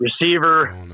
Receiver